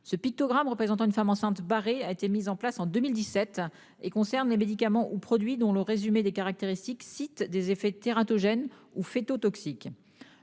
ce pictogramme représentant une femme enceinte barrée a été mise en place en 2017 et concerne les médicaments ou produits dont le résumé des caractéristiques cite des effets tératogène ou faites